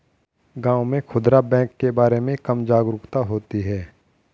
गांव में खूदरा बैंक के बारे में कम जागरूकता होती है